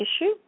issue